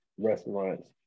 restaurants